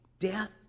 Death